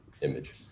image